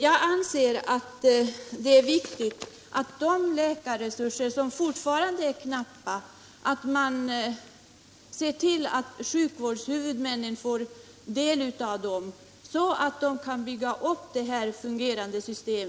Jag anser att det är viktigt att man ser till att sjukvårdshuvudmännen får del av de fortfarande knappa läkarresurserna, så att de kan bygga upp ett sådant fungerande system.